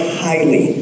highly